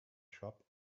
shop